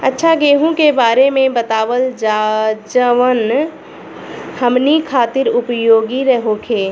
अच्छा गेहूँ के बारे में बतावल जाजवन हमनी ख़ातिर उपयोगी होखे?